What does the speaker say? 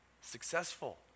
successful